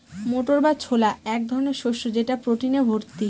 মটর বা ছোলা এক ধরনের শস্য যেটা প্রোটিনে ভর্তি